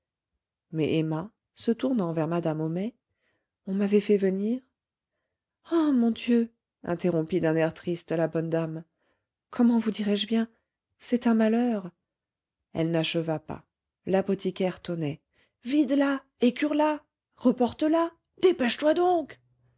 mais emma se tournant vers madame homais on m'avait fait venir ah mon dieu interrompit d'un air triste la bonne dame comment vous dirai-je bien c'est un malheur elle n'acheva pas l'apothicaire tonnait vide la écure la reporte la dépêche-toi donc